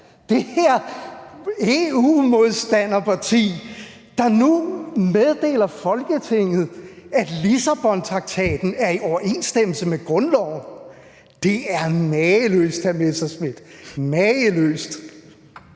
Det her EU-modstanderparti, der nu meddeler Folketinget, at Lissabontraktaten er i overensstemmelse med grundloven! Det er mageløst, hr. Morten Messerschmidt – mageløst!